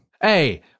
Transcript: Hey